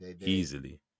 Easily